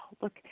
look